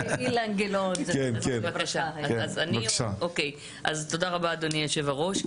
תודה רבה אדוני יושב-הראש.